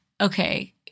okay